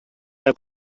der